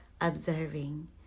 Observing